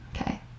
okay